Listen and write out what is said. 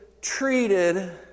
treated